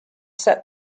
set